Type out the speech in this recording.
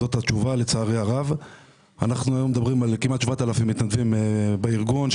אנחנו היום מדברים על כמעט 7,000 מתנדבים בארגון,